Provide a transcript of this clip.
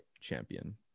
champion